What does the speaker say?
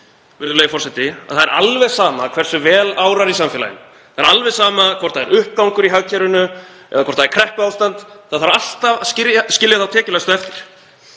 að það er alveg sama hversu vel árar í samfélaginu, það er alveg sama hvort það er uppgangur í hagkerfinu eða hvort það er kreppuástand, að það þarf alltaf að skilja þá tekjulægstu eftir?